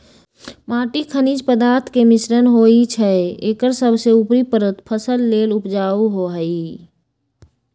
माटी खनिज पदार्थ के मिश्रण होइ छइ एकर सबसे उपरी परत फसल लेल उपजाऊ होहइ